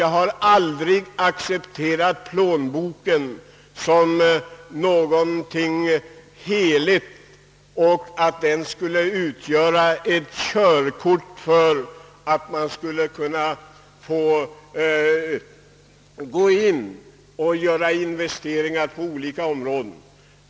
Jag har aldrig accepterat att plånboken skall bestämma på vilka områden det skall göras investeringar.